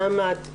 נעמ"ת,